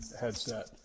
headset